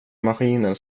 maskinen